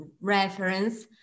reference